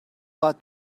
lot